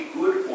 good